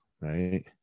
right